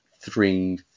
three